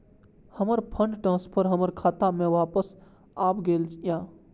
हमर fund transfer हमर खाता में वापस आब गेल या